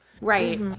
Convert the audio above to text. Right